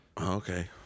Okay